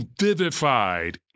vivified